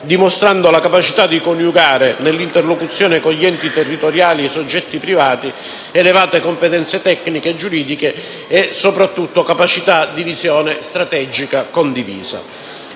dimostrando la capacità di coniugare, nell'interlocuzione con gli enti territoriali e i soggetti privati, elevate competenze tecniche e giuridiche e soprattutto capacità di visione strategica condivisa.